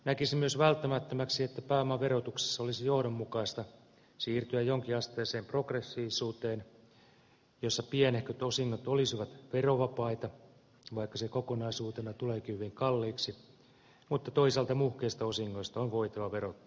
näkisin myös välttämättömäksi että pääomaverotuksessa olisi johdonmukaista siirtyä jonkinasteiseen progressiivisuuteen jossa pienehköt osingot olisivat verovapaita vaikka se kokonaisuutena tuleekin hyvin kalliiksi mutta toisaalta muhkeista osingoista on voitava verottaa ankarammin